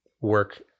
work